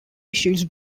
issues